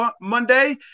Monday